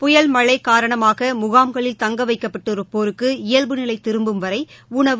புயல் மழைகாரணமாகமுகாம்களில் தங்கவைக்கப்பட்டிருப்போருக்கு இயல்பு நிலைதிருப்பும் வரைடனவு